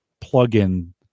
plug-in